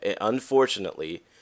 unfortunately